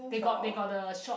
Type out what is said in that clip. they got they got the short